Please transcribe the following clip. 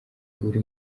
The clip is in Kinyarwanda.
uri